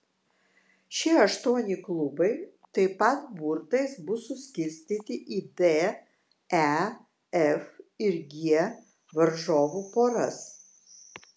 šie aštuoni klubai taip pat burtais bus suskirstyti į d e f ir g varžovų poras